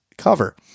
Cover